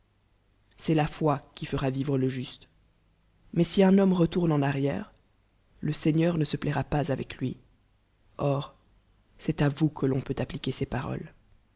c'en la foi qui fera virr le juste mais si un homme retourne en arrière le seigneur ne se plaira pa's avec lui or c'est à vous que l'on peut appliquer c b paroles